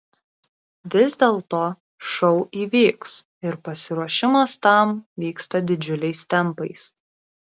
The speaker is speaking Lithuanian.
vis dėlto šou įvyks ir pasiruošimas tam vyksta didžiuliais tempais